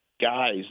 guys